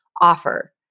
offer